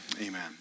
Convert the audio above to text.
amen